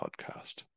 podcast